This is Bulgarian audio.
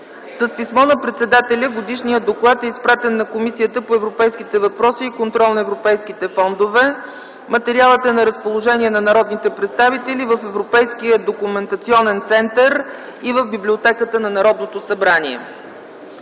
С писмо на председателя, годишният доклад е изпратен на Комисията по европейските въпроси и контрол на европейските фондове. Материалът е на разположение на народните представители в Европейския документационен център и в Библиотеката на Народното събрание.